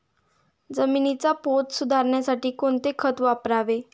जमिनीचा पोत सुधारण्यासाठी कोणते खत वापरावे?